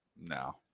No